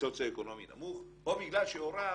מסוציו-אקונומי נמוך או בגלל שהוריו